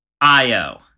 io